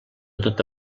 tota